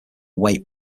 weight